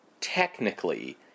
technically